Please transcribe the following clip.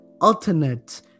alternate